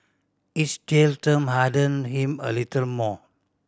each jail term hardened him a little more